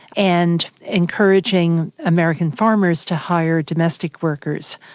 and encouraging american farmers to hire domestic workers.